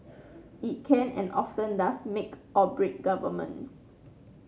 it can and often does make or break governments